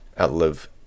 outlive